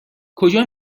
کجا